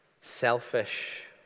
selfish